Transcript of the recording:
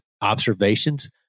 observations